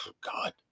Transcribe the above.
God